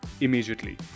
immediately